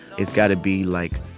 it's got to be, like,